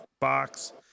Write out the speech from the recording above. box